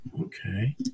Okay